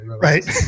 Right